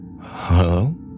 Hello